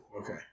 Okay